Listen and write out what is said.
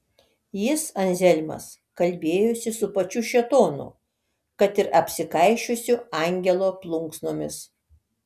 jis anzelmas kalbėjosi su pačiu šėtonu kad ir apsikaišiusiu angelo plunksnomis